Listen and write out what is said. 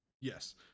yes